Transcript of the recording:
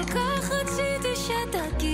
היום על שולחן הכנסת מסקנות ועדת החינוך,